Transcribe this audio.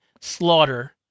Slaughter